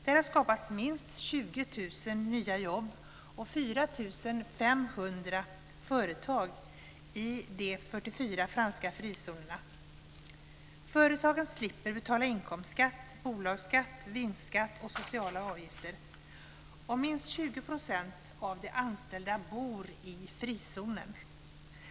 Det har skapats minst 20 000 nya jobb och 4 500 företag i de 44 franska frizonerna. Företagen slipper betala inkomstskatt, bolagsskatt, vinstskatt och sociala avgifter om minst 20 % av de anställda bor i frizonen.